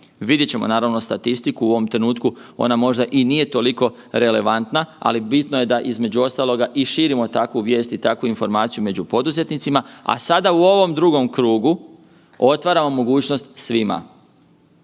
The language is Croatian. Vidjet ćemo naravno statistiku ona u ovom trenutku ona možda i nije toliko relevantna, ali bitno je da između ostaloga i širimo takvu vijest i takvu informaciju među poduzetnicima. A sada u ovom drugom krugu otvaramo mogućnost svima,